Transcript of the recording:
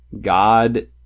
God